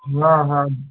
हँ हँ